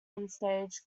onstage